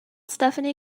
stephanie